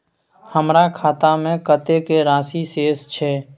हमर खाता में कतेक राशि शेस छै?